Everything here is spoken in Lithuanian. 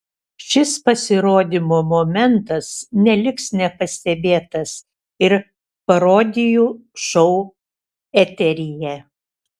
šis pasirodymo momentas neliks nepastebėtas ir parodijų šou eteryje